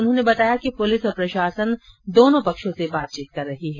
उन्होंने बताया कि पुलिस और प्रशासन दोनों पक्षों के साथ बातचीत कर रही है